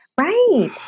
Right